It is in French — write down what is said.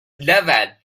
laval